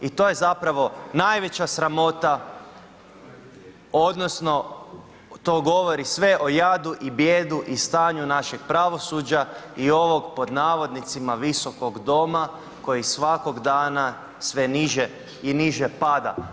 I to je zapravo najveća sramota odnosno to govori sve o jadu i bijedu i stanju našeg pravosuđa i ovog pod navodnicima visokog doma koji svakog dana sve niže i niže pada.